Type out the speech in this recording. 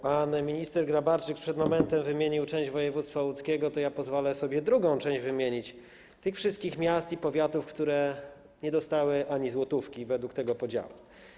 Pan minister Grabarczyk przed momentem wymienił część województwa łódzkiego, to ja pozwolę sobie wymienić drugą część tych wszystkich miast i powiatów, które nie dostały ani złotówki według tego podziału.